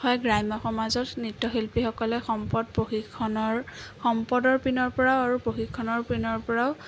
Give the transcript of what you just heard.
হয় গ্ৰাম্য সমাজৰ নৃত্য শিল্পীসকলে সম্পদ প্ৰশিক্ষণৰ সম্পদৰ পিনৰ পৰাও আৰু প্ৰশিক্ষণৰ পিনৰ পৰাও